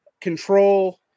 control